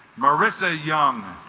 marissa young